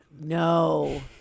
No